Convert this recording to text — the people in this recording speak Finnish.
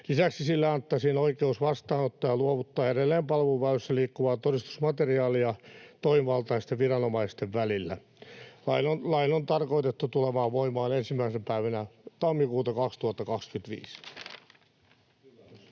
Lisäksi sille annettaisiin oikeus vastaanottaa ja luovuttaa edelleen palveluväylässä liikkuvaa todistusmateriaalia toimivaltaisten viranomaisten välillä. Laki on tarkoitettu tulemaan voimaan 1. päivänä tammikuuta 2025.